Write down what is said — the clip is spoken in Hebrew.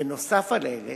בנוסף על אלה,